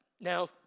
Now